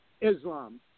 Islam